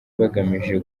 bagamije